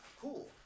cool